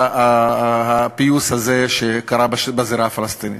הפיוס הזה שקרה בזירה הפלסטינית.